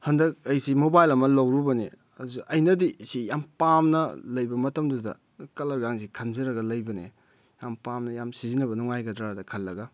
ꯍꯟꯗꯛ ꯑꯩꯁꯤ ꯃꯣꯕꯥꯏꯜ ꯑꯃ ꯂꯧꯔꯨꯕꯅꯦ ꯑꯩꯅꯗꯤ ꯁꯤ ꯌꯥꯝ ꯄꯥꯝꯅ ꯂꯩꯕ ꯃꯇꯝꯗꯨꯗ ꯀꯂꯔꯒꯥꯁꯤ ꯈꯟꯖꯔꯒ ꯂꯩꯕꯅꯦ ꯌꯥꯝ ꯄꯥꯝꯅ ꯌꯥꯝ ꯁꯤꯖꯤꯟꯅꯕ ꯅꯨꯡꯉꯥꯏꯒꯗ꯭ꯔꯅ ꯈꯜꯂꯒ